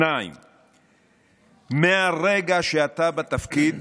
2. מהרגע שאתה בתפקיד,